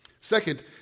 Second